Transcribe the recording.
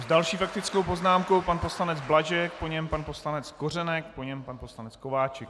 S další faktickou poznámkou pan poslanec Blažek, po něm pan poslanec Kořenek, po něm pan poslanec Kováčik.